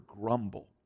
grumble